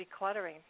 decluttering